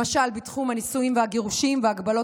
למשל בתחום הנישואים והגירושים וההגבלות